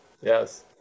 Yes